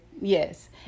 yes